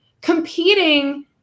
competing